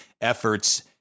efforts